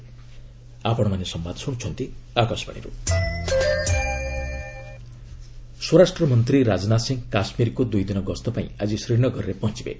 JK Rajnath ସ୍ୱରାଷ୍ଟ୍ରମନ୍ତ୍ରୀ ରାଜନାଥ ସିଂ କାଶ୍ମୀରକୁ ଦୁଇଦିନ ଗସ୍ତ ପାଇଁ ଆଜି ଶ୍ରୀନଗରରେ ପହଞ୍ଚବେ